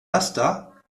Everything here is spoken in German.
laster